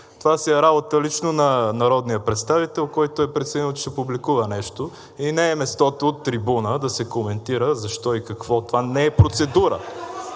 Това си е работа лично на народния представител, който е преценил, че ще публикува нещо, и не е мястото от трибуната да се коментира защо и какво. Това не е процедура.